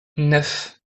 neuf